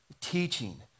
teaching